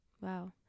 Wow